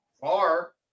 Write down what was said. far